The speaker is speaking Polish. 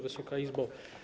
Wysoka Izbo!